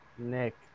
Nick